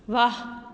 ਵਾਹ